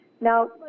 Now